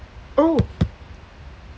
oh